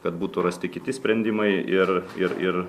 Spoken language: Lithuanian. kad būtų rasti kiti sprendimai ir ir ir